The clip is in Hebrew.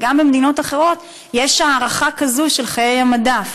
וגם במדינות אחרות יש הארכה כזו של חיי המדף.